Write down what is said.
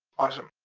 awesome.